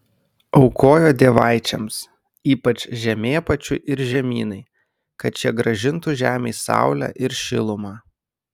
aukojo dievaičiams ypač žemėpačiui ir žemynai kad šie grąžintų žemei saulę ir šilumą